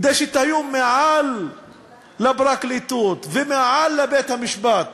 כדי שתהיו מעל לפרקליטות ומעל לבית-המשפט?